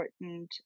important